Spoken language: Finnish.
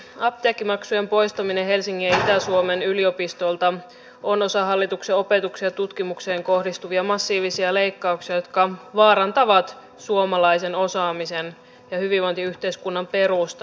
apteekkimaksujen poistaminen helsingin ja itä suomen yliopistoilta on osa hallituksen opetukseen ja tutkimukseen kohdistuvia massiivisia leikkauksia jotka vaarantavat suomalaisen osaamisen ja hyvinvointiyhteiskunnan perustan